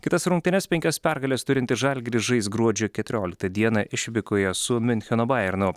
kitas rungtynes penkias pergales turintis žalgiris žais gruodžio keturioliktą dieną išvykoje su miuncheno bajernu